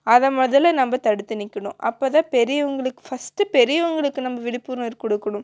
அதை முதல நம்ம தடுத்து நீக்கணும் அப்போ தான் பெரியவங்களுக்கு ஃபஸ்ட்டு பெரியவங்களுக்கு நம்ம விழிப்புணர்வு கொடுக்கணும்